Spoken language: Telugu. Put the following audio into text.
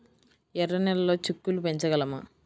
ఎర్ర నెలలో చిక్కుళ్ళు పెంచగలమా?